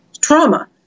trauma